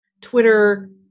twitter